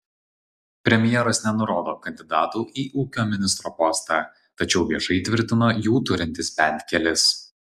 premjeras nenurodo kandidatų į ūkio ministro postą tačiau viešai tvirtino jų turintis bent kelis